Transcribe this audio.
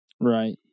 Right